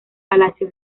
palacio